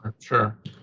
Sure